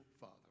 father